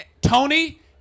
tony